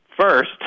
first